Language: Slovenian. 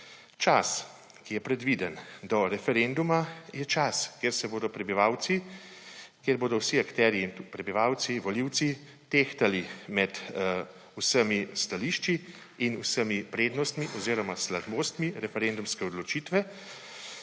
Čas, ki je predviden do referenduma, je čas, ko bodo vsi akterji in tudi prebivalci, volivci tehtali med vsemi stališči in vsemi prednostmi oziroma slabostmi referendumske odločitve,